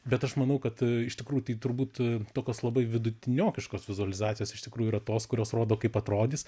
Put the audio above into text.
bet aš manau kad iš tikrųjų tai turbūt tokios labai vidutiniokiškos vizualizacijos iš tikrųjų yra tos kurios rodo kaip atrodys